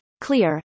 clear